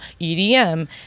EDM